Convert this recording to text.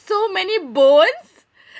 so many bones